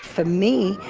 for me,